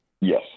Yes